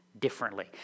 Differently